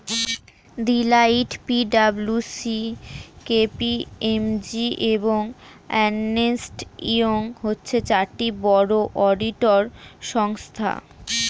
Deloitte, P W C, K P M G, এবং Ernst Young হচ্ছে চারটি বড় অডিটর সংস্থা